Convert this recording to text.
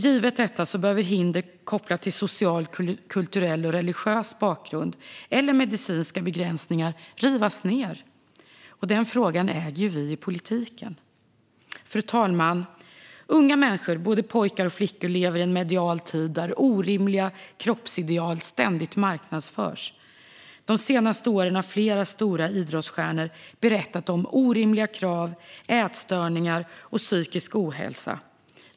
Givet detta behöver hinder kopplade till social, kulturell och religiös bakgrund eller medicinska begränsningar rivas ned, och den frågan äger ju vi i politiken. Fru talman! Unga människor, både pojkar och flickor, lever i en medial tid där orimliga kroppsideal ständigt marknadsförs. De senaste åren har flera stora idrottsstjärnor berättat om orimliga krav, ätstörningar och psykisk ohälsa.